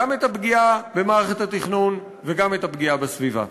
גם את הפגיעה במערכת התכנון וגם את הפגיעה בסביבה.